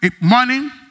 morning